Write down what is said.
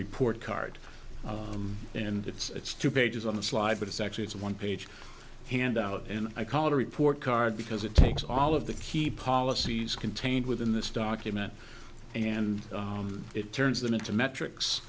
report card and it's two pages on a slide but it's actually it's a one page handout and i call it a report card because it takes all of the key policies contained within this document and it turns them into metrics